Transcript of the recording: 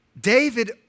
David